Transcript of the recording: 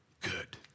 good